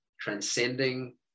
transcending